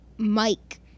Mike